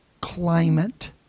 climate